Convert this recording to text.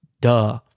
duh